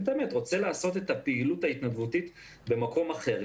לעשות את הפעילות ההתנדבותית במקום אחר,